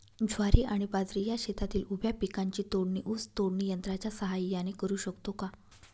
ज्वारी आणि बाजरी या शेतातील उभ्या पिकांची तोडणी ऊस तोडणी यंत्राच्या सहाय्याने करु शकतो का?